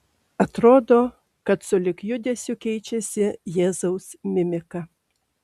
atrodo kad sulig judesiu keičiasi jėzaus mimika